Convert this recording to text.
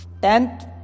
Tenth